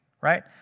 right